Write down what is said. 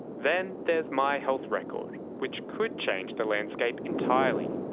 then there's my health record, which could change the landscape entirely.